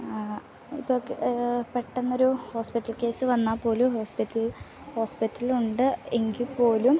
ആ ഇപ്പം ഒക്കെ പെട്ടെന്ന് ഒരു ഹോസ്പിറ്റൽ കേസ് വന്നാൽ പോലും ഹോസ്പിറ്റൽ ഹോസ്പിറ്റൽ ഉണ്ട് എങ്കിൽ പോലും